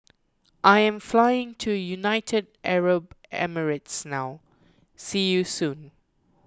I am flying to United Arab Emirates now see you soon